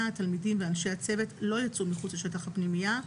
התלמידים ואנשי הצוות לא יצאו מחוץ לשטח הפנימייה,